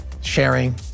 sharing